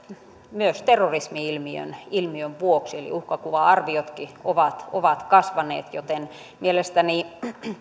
myös terrorismi ilmiön ilmiön vuoksi eli uhkakuva arviotkin ovat ovat kasvaneet joten mielestäni